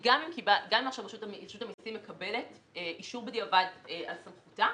גם עכשיו רשות המסים מקבלת אישור בדיעבד על סמכותה,